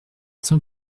cent